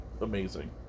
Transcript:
amazing